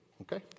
Okay